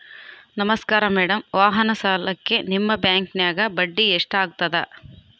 ನಮಸ್ಕಾರ ಮೇಡಂ ವಾಹನ ಸಾಲಕ್ಕೆ ನಿಮ್ಮ ಬ್ಯಾಂಕಿನ್ಯಾಗ ಬಡ್ಡಿ ಎಷ್ಟು ಆಗ್ತದ?